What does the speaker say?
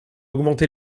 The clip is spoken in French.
augmenter